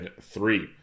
three